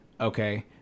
Okay